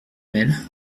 mail